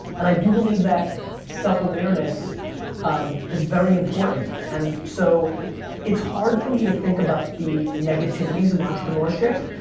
and i do believe that self-awareness um is very important, and so it's hard for me to think about the negativities of entrepreneurship,